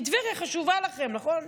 כי טבריה חשובה לכם, נכון?